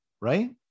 right